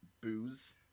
booze